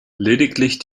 lediglich